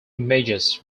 images